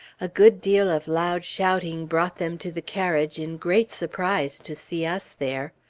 a good deal of loud shouting brought them to the carriage in great surprise to see us there.